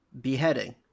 beheading